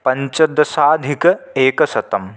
पञ्चदशाधिक एकशतं